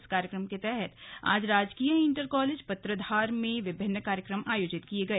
इस कार्यक्रम के तहत आज राजकीय इण्टर कॉलेज पित्रधार में विभिन्न कार्यक्रम आयोजित किए गए